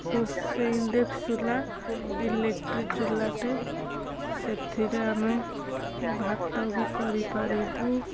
ରୋଷେଇ ଇଣ୍ଡେକ୍ସନ୍ ଚୁଲା ଇଲେକ୍ଟ୍ରିକ୍ ଚୁଲାଟେ ସେଥିରେ ଆମେ ଭାତ ବି କରିପାରିବୁ